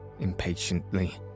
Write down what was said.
impatiently